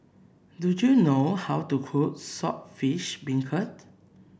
do you know how to cook Saltish Beancurd